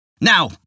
Now